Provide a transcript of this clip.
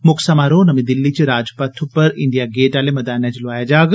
मुक्ख समारोह नमी दिल्ली च राजपथ पर इंडिया गेट आले मदानै च लोआया जाग